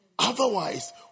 Otherwise